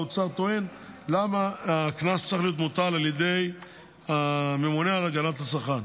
האוצר טוען: למה הקנס צריך להיות מוטל על ידי הממונה על הגנת הצרכן.